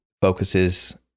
focuses